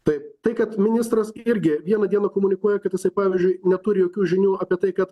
taip tai kad ministras irgi vieną dieną komunikuoja kad jisai pavyzdžiui neturi jokių žinių apie tai kad